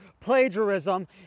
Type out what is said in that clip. plagiarism